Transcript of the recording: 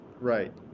Right